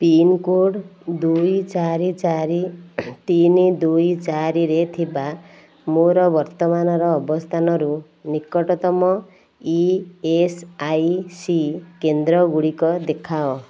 pincode ଦୁଇ ଚାରି ଚାରି ତିନି ଦୁଇ ଚାରି ରେ ଥିବା ମୋର ବର୍ତ୍ତମାନର ଅବସ୍ଥାନରୁ ନିକଟତମ ଇଏସ୍ଆଇସି କେନ୍ଦ୍ରଗୁଡ଼ିକ ଦେଖାଅ